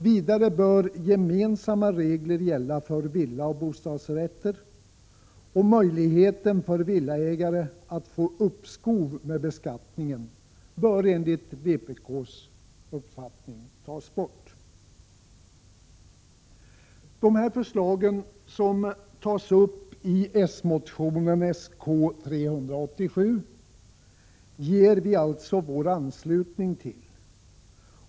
Vidare bör reglerna vara gemensamma för villor och bostadsrätter, och möjligheten för villaägare att få uppskov med beskattningen bör enligt vpk:s uppfattning tas bort. De förslag som tas upp i s-motionen Sk387 ansluter vi oss alltså till.